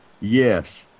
Yes